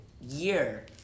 year